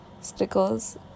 stickers